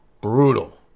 brutal